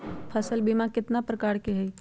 फसल बीमा कतना प्रकार के हई?